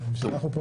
בשביל זה אנחנו פה.